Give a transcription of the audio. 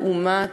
לעומת,